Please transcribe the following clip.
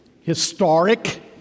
historic